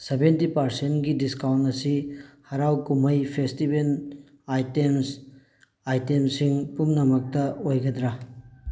seventy ꯄꯥꯔꯁꯦꯟꯒꯤ discount ꯑꯁꯤ ꯍꯔꯥꯎ ꯀꯨꯝꯍꯩ ꯐꯦꯁꯇꯤꯚꯦꯜ ꯑꯥꯏꯇꯦꯝꯁ ꯑꯥꯏꯇꯦꯝꯁꯤꯡ ꯄꯨꯝꯅꯃꯛꯇ ꯑꯣꯏꯒꯗ꯭ꯔꯥ